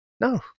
No